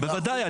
בוודאי.